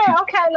okay